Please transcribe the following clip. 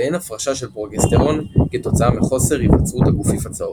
ואין הפרשה של פרוגסטרון כתוצאה מחוסר היווצרות הגופיף הצהוב.